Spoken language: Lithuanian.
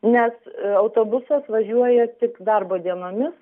nes autobusas važiuoja tik darbo dienomis